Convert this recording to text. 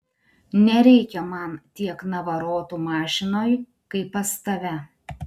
nereikia man tiek navarotų mašinoj kaip pas tave